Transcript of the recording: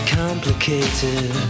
complicated